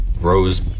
rose